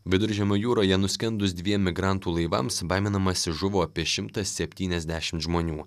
viduržemio jūroje nuskendus dviem migrantų laivams baiminamasi žuvo apie šimtas septyniasdešimt žmonių